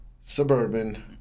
Suburban